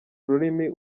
ururimi